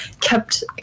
kept